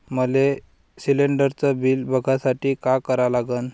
मले शिलिंडरचं बिल बघसाठी का करा लागन?